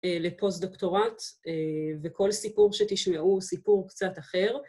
לפוסט-דוקטורט, וכל סיפור שתשמעו הוא סיפור קצת אחר.